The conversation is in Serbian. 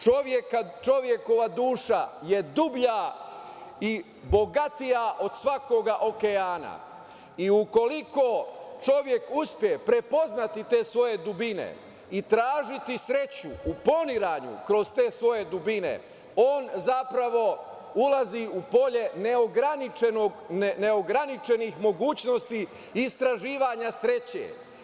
Čovekova duša je dublja i bogatija od svakog okeana i ukoliko čovek uspe prepoznati te svoje dubine i tražiti sreću u poniranju kroz te svoje dubine, on zapravo ulazi u polje neograničenih mogućnosti istraživanja sreće.